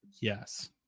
yes